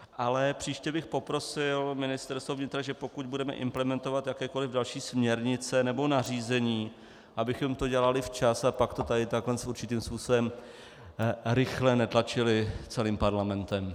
Ale příště bych poprosil Ministerstvo vnitra, pokud budeme implementovat jakékoliv další směrnice nebo nařízení, abychom to dělali včas a pak to tady takhle určitým způsobem rychle netlačili celým Parlamentem.